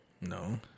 No